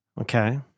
Okay